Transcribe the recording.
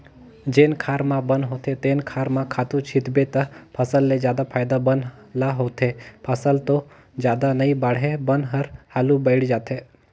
जेन खार म बन होथे तेन खार म खातू छितबे त फसल ले जादा फायदा बन ल होथे, फसल तो जादा नइ बाड़हे बन हर हालु बायड़ जाथे